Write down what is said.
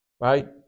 right